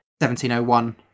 1701